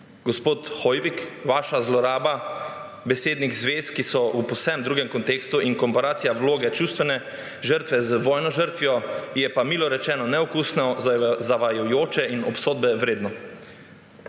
Gospod Hoivik, vaša zloraba besednih zvez, ki so v povsem drugem kontekstu, in komparacija vloge čustvene žrtve z vojno žrtvijo je pa milo rečeno neokusna, zavajajoča in obsodbe vredna.